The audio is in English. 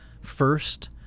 first